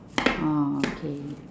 orh okay